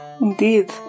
indeed